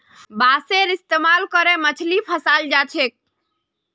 बांसेर इस्तमाल करे मछली फंसाल जा छेक